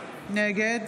נגד